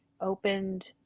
opened